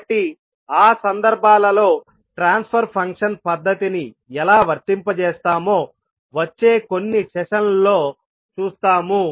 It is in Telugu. కాబట్టి ఆ సందర్భాలలో ట్రాన్స్ఫర్ ఫంక్షన్ పద్ధతిని ఎలా వర్తింపజేస్తామో వచ్చే కొన్ని సెషన్లలో చూస్తాము